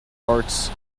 arts